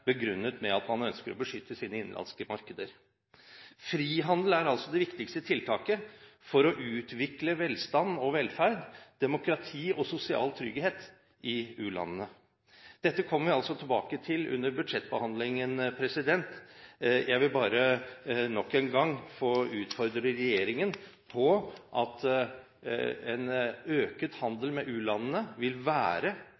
begrunnet med at man ønsker å beskytte sine innenlandske markeder. Frihandel er altså det viktigste tiltaket for å utvikle velstand og velferd, demokrati og sosial trygghet i u-landene. Dette kommer vi altså tilbake til under budsjettbehandlingen. Jeg vil bare nok en gang få utfordre regjeringen på at en